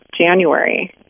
January